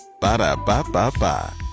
Ba-da-ba-ba-ba